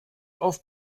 auf